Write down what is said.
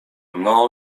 mną